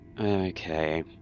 Okay